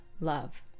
love